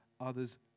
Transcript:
others